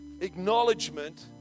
acknowledgement